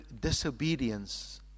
disobedience